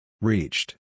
Reached